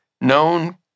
known